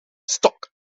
stock